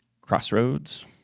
Crossroads